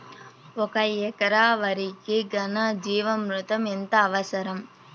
ఒక ఎకరా వరికి ఘన జీవామృతం ఎంత అవసరం?